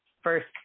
first